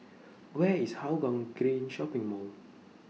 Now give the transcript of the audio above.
Where IS Hougang Green Shopping Mall